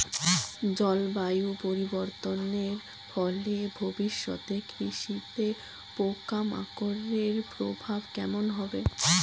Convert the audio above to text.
জলবায়ু পরিবর্তনের ফলে ভবিষ্যতে কৃষিতে পোকামাকড়ের প্রভাব কেমন হবে?